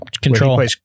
control